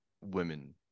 women